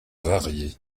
variés